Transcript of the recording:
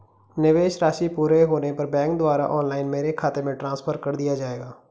निवेश राशि पूरी होने पर बैंक द्वारा ऑनलाइन मेरे खाते में ट्रांसफर कर दिया जाएगा?